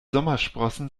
sommersprossen